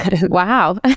wow